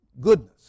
goodness